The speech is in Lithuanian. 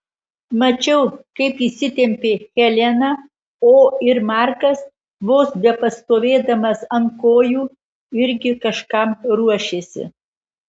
mačiau kaip įsitempė helena o ir markas vos bepastovėdamas ant kojų irgi kažkam ruošėsi